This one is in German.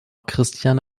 christian